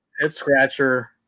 head-scratcher